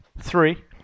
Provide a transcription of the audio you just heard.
three